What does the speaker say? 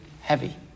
heavy